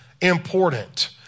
important